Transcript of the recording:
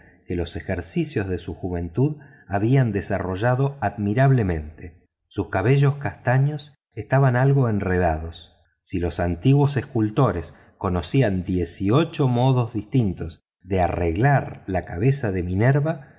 que los ejercicios de su juventud habían desarrollado admirablemente sus cabellos castaños estaban algo enredados si los antiguos escultores conocían dieciocho modos distintos de arreglar la cabeza de minerva